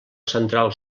central